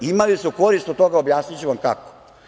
Imali su korist od toga, a objasniću vam kako.